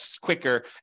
quicker